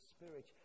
Spirit